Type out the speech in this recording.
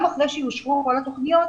גם אחרי שיאושרו כל התוכניות,